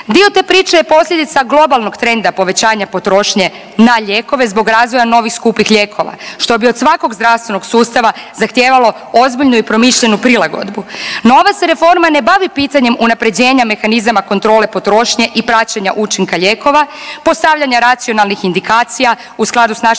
Dio te priče je posljedica globalnog trenda povećanja potrošnje na lijekove zbog razvoja novih skupih lijekova što bi od svakog zdravstvenog sustava zahtijevalo ozbiljnu i promišljenu prilagodbu. Nova se reforma ne bavi pitanjem unapređenja mehanizama kontrole potrošnje i praćenja učinka lijekova, postavljanja racionalnih indikacija u skladu sa našim